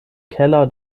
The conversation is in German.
keller